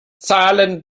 zahlen